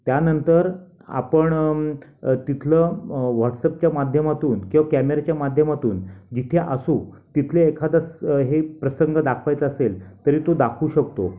त्यानंतर आपण तिथलं व्हॉटसपच्या माध्यमातून किवा कॅमेऱ्याच्या माध्यमातून जिथे असू तिथले एखादं स हे प्रसंग दाखवायचा असेल तरी तो दाखवू शकतो